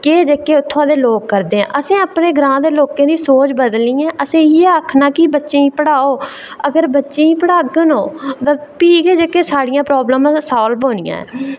केह् जेह्के उत्थुआं दे लोक करदे आं असें अपने ग्रां दे लोकें दी सोच बदलनी ऐ असें इयै आक्खना की बच्चें गी पढ़ाओ अगर बच्चें गी पढ़ाङन ओह् ता भी गै साढ़ियां जेह्कियां प्रॉब्लमां सॉल्व होनियां न